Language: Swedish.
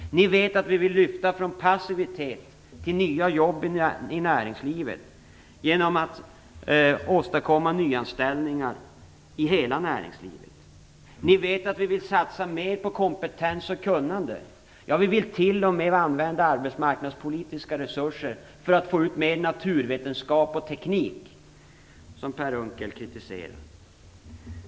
Ni vet att vi vill lyfta från passivitet till nya jobb i näringslivet genom att åstadkomma nyanställningar i hela näringslivet. Ni vet att vi vill satsa mer på kompetens och kunnande. Ja, vi vill t.o.m. använda arbetsmarknadspolitiska resurser för att få ut mer naturvetenskap och teknik, vilket Per Unckel kritiserar.